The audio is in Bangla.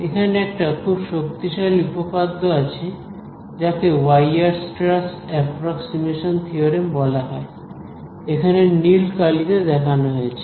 এখানে একটি খুব শক্তিশালী উপপাদ্য আছে যাকে ওয়াইআরস্ট্রাস অ্যাপ্রক্সিমেশন থিওরেম বলা হয় এখানে নীল কালিতে দেখানো হয়েছে